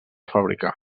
fabricar